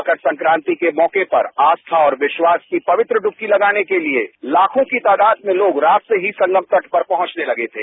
मकर संक्रांति के मौके पर आस्था और विश्वास की पवित्र डूबकी लगाने के लिए लाखों की तादाद में लोग रात से ही संगम तट पर पहुंचने लगे थे